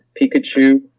Pikachu